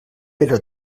però